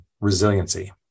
resiliency